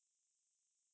orh okay